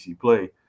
play